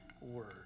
word